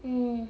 mmhmm